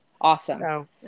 Awesome